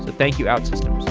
thank you, outsystems.